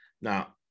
Now